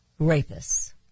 Rapists